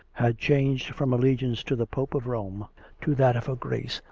had changed from allegiance to the pope of rome to that of her grace,